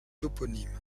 toponymes